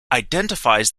identifies